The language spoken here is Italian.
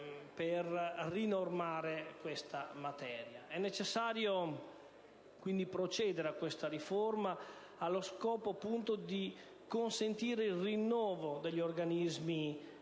È necessario procedere a questa riforma allo scopo di consentire il rinnovo degli organismi